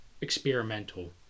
experimental